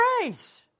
grace